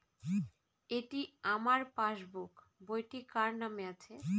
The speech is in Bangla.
এটি আমার পাসবুক বইটি কার নামে আছে?